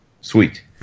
Sweet